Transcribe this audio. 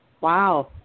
Wow